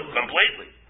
completely